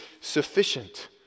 sufficient